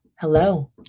hello